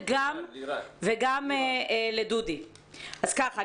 וגם אל דודי שוקף.